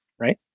right